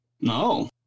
No